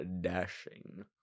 dashing